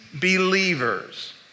believers